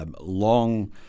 long